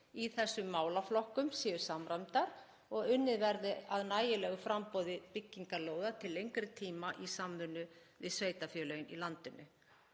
í þessum málaflokkum séu samræmdar og að unnið verði að nægilegu framboði byggingarlóða til lengri tíma í samvinnu við sveitarfélögin í landinu.“